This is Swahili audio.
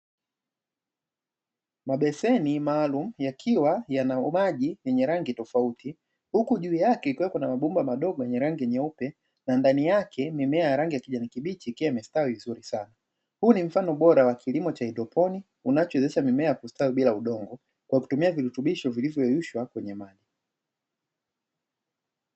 Mabeseni maalum yakiwa yana maji yenye rangi tofauti, huku juu yake ikiwepo na mabomba madogo yenye rangi nyeupe na ndani yake mimea ya rangi ya kijani kibichi ikiwa imestawi vizuri sana. Huu ni mfano bora wa kilimo cha haidroponi unachowezesha mimea kustawi bila udongo kwa kutumia virutubisho vilivyoyeyushwa kwenye maji.